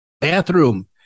Bathroom